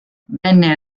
venne